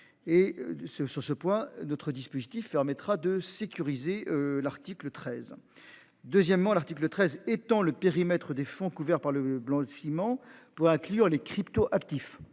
sur ce point notre dispositif permettra de sécuriser l'article 13. Deuxièmement, l'article 13 étant le périmètre des fonds couverts par le blanchiment doit inclure les cryptoactifs